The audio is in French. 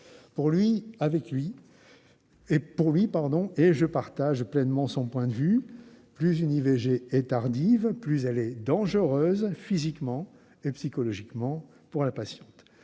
Pour lui- et je partage pleinement son point de vue -, plus une IVG est tardive, plus elle est dangereuse physiquement et psychologiquement pour la patiente.